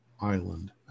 island